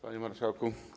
Panie Marszałku!